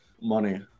money